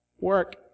work